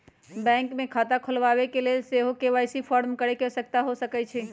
bank मे खता खोलबाबेके लेल सेहो के.वाई.सी फॉर्म भरे के आवश्यकता होइ छै